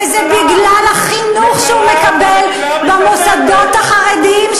וזה בגלל החינוך שהוא מקבל במוסדות החרדיים,